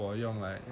我用来